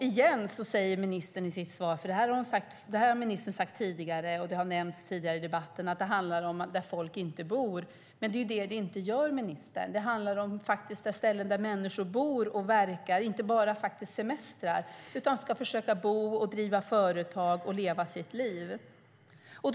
Igen säger ministern i sitt svar, och det här har hon sagt tidigare och det har nämnts tidigare i debatten, att det handlar om områden där folk inte bor. Men det är ju det som det inte gör, ministern. Det handlar om ställen där människor bor och verkar, faktiskt inte bara semestrar utan de ska försöka bo, driva företag och leva sitt liv där.